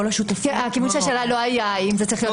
כל השותפים --- השאלה לא הייתה אם זה צריך להיות